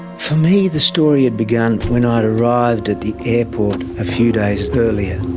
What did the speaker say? for me the story had begun when i'd arrived at the airport a few days earlier.